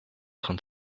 train